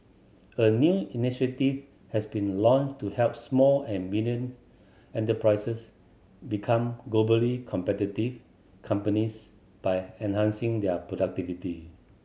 a new initiative has been launched to help small and medium enterprises become globally competitive companies by enhancing their productivity